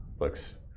looks